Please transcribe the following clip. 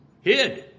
Hid